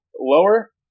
lower